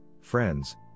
friends